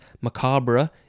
macabre